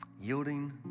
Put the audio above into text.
Yielding